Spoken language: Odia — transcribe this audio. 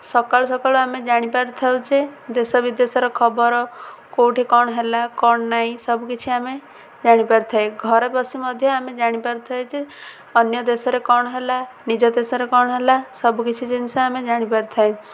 ସକାଳୁ ସକାଳୁ ଆମେ ଜାଣିପାରି ଥାଉ ଯେ ଦେଶ ବିଦେଶର ଖବର କେଉଁଠି କ'ଣ ହେଲା କ'ଣ ନାଇଁ ସବୁକିିଛି ଆମେ ଜାଣିପାରିଥାଏ ଘରେ ବସି ମଧ୍ୟ ଆମେ ଜାଣିପାରିଥାଉ ଯେ ଅନ୍ୟ ଦେଶରେ କ'ଣ ହେଲା ନିଜ ଦେଶରେ କ'ଣ ହେଲା ସବୁକିଛି ଜିନିଷ ଆମେ ଜାଣିପାରିଥାଏ